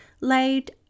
laid